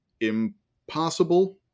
impossible